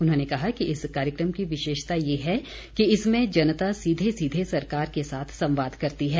उन्होंने कहा कि इस कार्यक्रम की विशेषता ये है कि इसमें जनता सीधे सीधे सरकार के साथ संवाद करती है